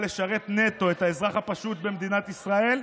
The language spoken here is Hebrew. לשרת את האזרח הפשוט במדינת ישראל נטו,